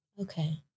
Okay